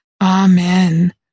Amen